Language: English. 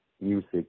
music